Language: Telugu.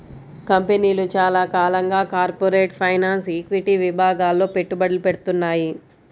కంపెనీలు చాలా కాలంగా కార్పొరేట్ ఫైనాన్స్, ఈక్విటీ విభాగాల్లో పెట్టుబడులు పెడ్తున్నాయి